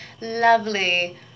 lovely